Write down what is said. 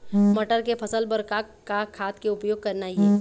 मटर के फसल बर का का खाद के उपयोग करना ये?